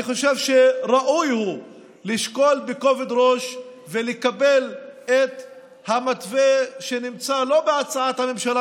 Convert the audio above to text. אני חושב שראוי לשקול בכובד ראש ולקבל את המתווה שנמצא לא בהצעת הממשלה,